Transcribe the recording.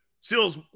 Seals